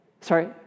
Sorry